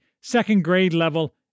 second-grade-level